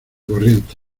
corriente